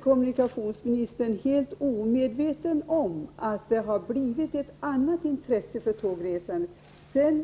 Kommunikationsministern är väl inte helt omedveten om att det har blivit större intresse för tågresande sedan